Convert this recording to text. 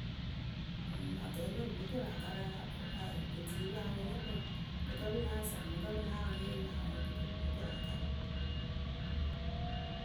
Ǝŋ akɛɛpǝ p;ɨ lóo koru a karɨ otui rɨ awɛ lǝ kpǝŋ mɨ kǝ́ pɨ láa saŋ mɨ kǝ́ pɨ lée yee mɨ awɛ kɨto pɨ lóo koru akarǝ.